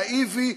נאיבי,